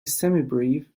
semibrieve